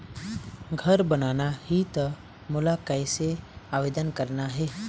घर बनाना ही त मोला कैसे आवेदन करना हे?